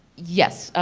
yes,